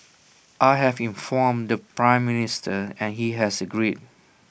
I have informed the Prime Minister and he has agreed